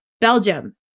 Belgium